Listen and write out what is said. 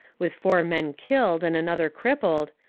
with four men killed and another crippled,